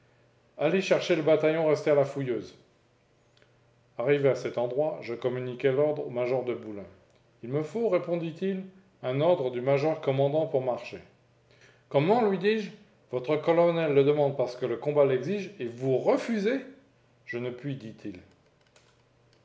allez chercher le bataillon resté à la fouilleuse arrivé à cet endroit je communiquai l'ordre au major de boulen il me faut répondit-il un ordre du major commandant pour marcher comment lui dis-je votre colonel le demande parce que le combat l'exige et vous refusez je ne puis dit-il